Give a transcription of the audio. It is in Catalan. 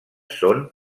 són